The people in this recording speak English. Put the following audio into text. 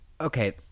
Okay